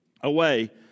away